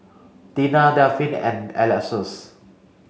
Deena Delphin and Alexus